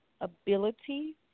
ability